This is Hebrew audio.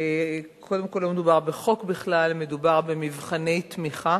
ראשית, לא מדובר בחוק בכלל, מדובר במבחני תמיכה